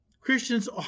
Christians